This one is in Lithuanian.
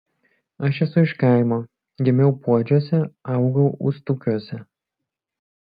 aš esu iš kaimo gimiau puodžiuose augau ustukiuose